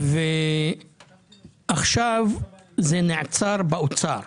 ועכשיו זה נעצר באוצר.